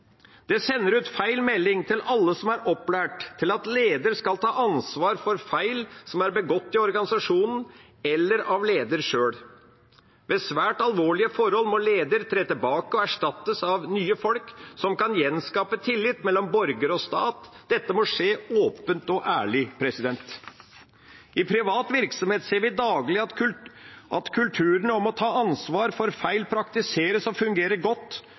Det sender ut feil melding til alle som er opplært til at leder skal ta ansvar for feil som er begått i organisasjonen, eller av leder sjøl. Ved svært alvorlige forhold må leder tre tilbake og erstattes av nye folk som kan gjenskape tillit mellom borgere og stat. Dette må skje åpent og ærlig. I privat virksomhet ser vi daglig at kulturen med å ta ansvar for feil praktiseres og fungerer godt,